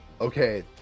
Okay